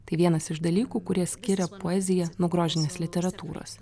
tai vienas iš dalykų kurie skiria poeziją nuo grožinės literatūros